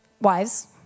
Wives